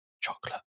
Chocolate